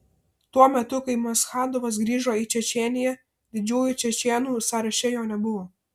tuo metu kai maschadovas grįžo į čečėniją didžiųjų čečėnų sąraše jo nebuvo